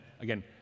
Again